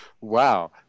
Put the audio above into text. wow